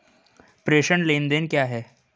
प्रेषण लेनदेन क्या है?